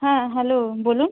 হ্যাঁ হ্যালো বলুন